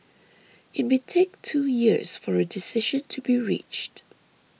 it may take two years for a decision to be reached